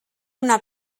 una